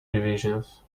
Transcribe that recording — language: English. divisions